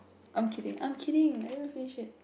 I'm kidding I'm kidding I haven't finish yet